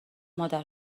مادر